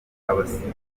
abasirikare